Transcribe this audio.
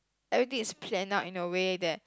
everything is planned out in a way that